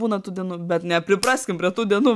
būna tų dienų bet nepripraskim prie tų dienų